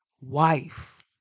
wife